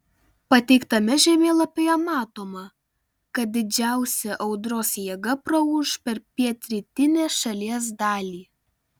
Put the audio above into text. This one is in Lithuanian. pateiktame žemėlapyje matoma kad didžiausia audros jėga praūš per pietrytinę šalies dalį